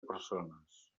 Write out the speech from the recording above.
persones